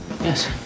Yes